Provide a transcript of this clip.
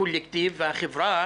הקולקטיב והחברה,